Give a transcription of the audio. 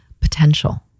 potential